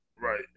Right